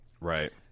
right